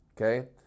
Okay